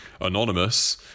anonymous